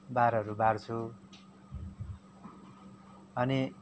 बारहरू बार्छुअनि